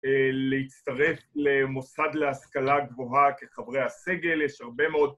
להצטרף למוסד להשכלה גבוהה כחברי הסגל, יש הרבה מאוד...